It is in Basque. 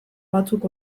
batzuk